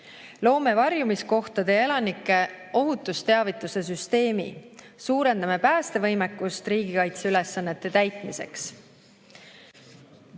Loome varjumiskohtade ja elanike ohutusteavituse süsteemi ning suurendame päästevõimekust riigikaitseülesannete täitmiseks. Kolmandaks